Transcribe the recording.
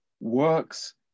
works